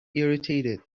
irritated